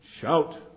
Shout